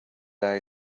eye